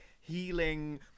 healing